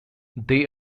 they